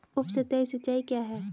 उपसतही सिंचाई क्या है?